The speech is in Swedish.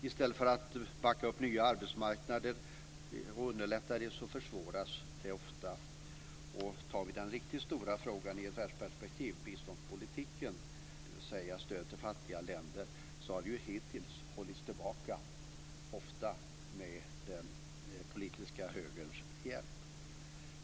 I stället för att backa upp nya arbetsmarknader och underlätta så försvåras det ofta. Tar vi den riktigt stora frågan i ett världsperspektiv, biståndspolitiken, dvs. stöd till fattiga länder, så har det hittills hållits tillbaka, ofta med den politiska högerns hjälp.